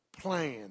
plan